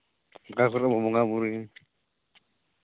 ᱚᱠᱟ ᱠᱚᱨᱮ ᱵᱚᱱ ᱵᱚᱸᱜᱟᱼᱵᱩᱨᱩᱭᱟ